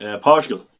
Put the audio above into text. Portugal